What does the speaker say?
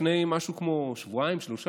לפני משהו כמו שבועיים-שלושה,